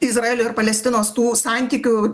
izraelio ir palestinos tų santykių